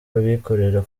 rw’abikorera